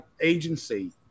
agency